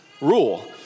rule